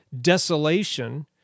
desolation